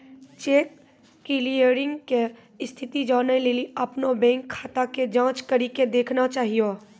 cheque clearing के स्थिति जानै लेली अपनो बैंक खाता के जांच करि के देखना चाहियो